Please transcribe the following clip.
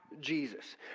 Jesus